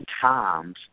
times